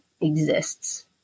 exists